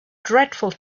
dreadful